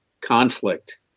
conflict